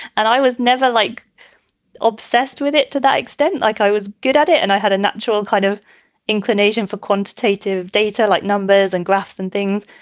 and i was never like obsessed with it to that extent. like i was good at it. and i had a natural kind of inclination for quantitative data like numbers and graphs and things.